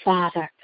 Father